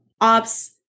ops